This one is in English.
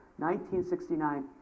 1969